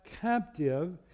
captive